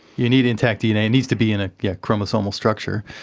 you need intact dna, it needs to be in a yeah chromosomal structure,